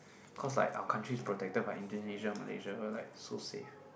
of course like our country is protected by Indonesia and Malaysia it will like so safe